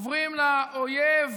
חוברים לאויב